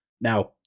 Now